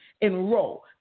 enroll